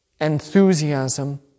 enthusiasm